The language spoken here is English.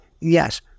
Yes